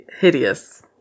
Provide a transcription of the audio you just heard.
hideous